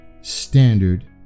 standard